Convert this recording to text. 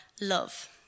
love